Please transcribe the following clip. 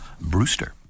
Brewster